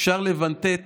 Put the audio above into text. אפשר לבנטט